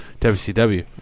WCW